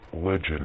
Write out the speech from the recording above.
legend